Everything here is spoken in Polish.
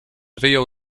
wyjął